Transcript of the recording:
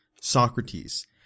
Socrates